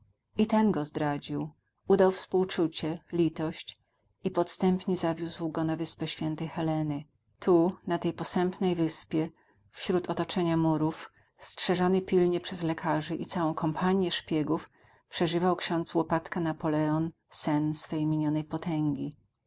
i ten go zdradził udał współczucie litość i podstępnie zawiózł go na wyspę świętej heleny tu na tej posępnej wyspie wśród otoczenia murów strzeżony pilnie przez lekarzy i całą kompanię szpiegów przeżywał ksiądz łopatka napoleon sen swej minionej potęgi